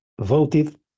voted